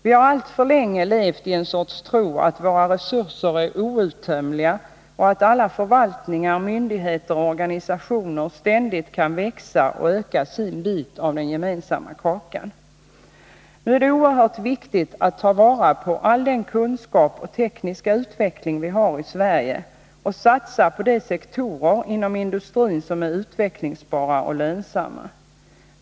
Vi har alltför länge levt i en sorts tro att våra resurser är outtömliga och att alla förvaltningar, myndigheter och organisationer ständigt kan växa och öka sin bit av den gemensamma kakan. Nu är det oerhört viktigt att ta vara på all den kunskap och tekniska utveckling som vi har i Sverige och satsa på de sektorer inom industrin som är utvecklingsbara och lönsamma.